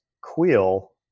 Quill